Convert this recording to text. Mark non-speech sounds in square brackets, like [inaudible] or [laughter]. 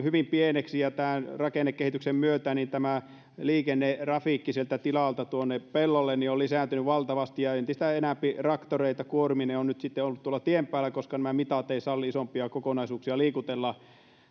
[unintelligible] hyvin pieniksi ja rakennekehityksen myötä tämä liikennetrafiikki tilalta pellolle on lisääntynyt valtavasti ja entistä enempi traktoreita kuormineen on ollut tien päällä koska nämä mitat eivät salli isompia kokonaisuuksia liikutella